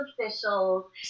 officials